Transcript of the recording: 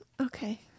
Okay